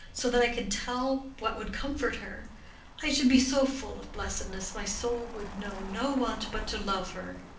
so that i could tell what would comfort her i should be so full of blessedness my soul would know no want but to love her!